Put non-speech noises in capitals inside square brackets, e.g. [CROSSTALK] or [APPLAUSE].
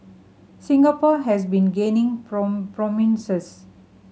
Singapore has been gaining [UNINTELLIGIBLE] prominence